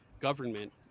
government